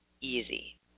easy